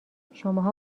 شماها